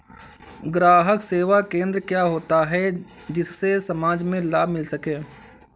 ग्राहक सेवा केंद्र क्या होता है जिससे समाज में लाभ मिल सके?